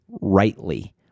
rightly